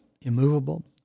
immovable